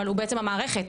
אבל הוא בעצם המערכת,